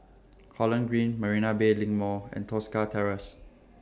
Holland Green Marina Bay LINK Mall and Tosca Terrace